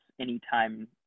anytime